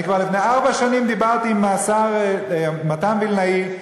אני כבר לפני ארבע שנים דיברתי עם השר מתן וילנאי,